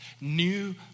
new